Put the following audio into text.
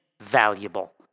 valuable